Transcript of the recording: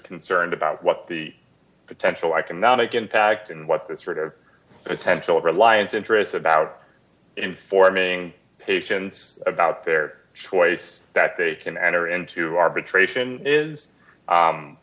concerned about what the potential economic impact and what this sort of potential reliance interests about informing patients about their choice that they can enter into arbitration is